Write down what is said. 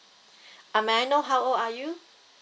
ah may I know how old are you